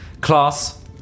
Class